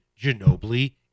Ginobili